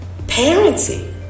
Parenting